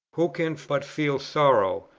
who can but feel sorrow,